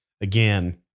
again